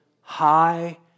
high